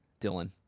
Dylan